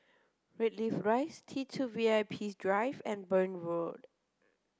Greenleaf Rise T Two V I P Drive and Burn Road